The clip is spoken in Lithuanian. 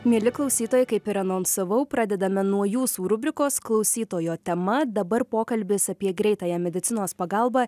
mieli klausytojai kaip ir anonsavau pradedame nuo jūsų rubrikos klausytojo tema dabar pokalbis apie greitąją medicinos pagalbą